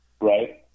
Right